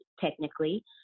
technically